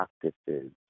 practices